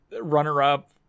runner-up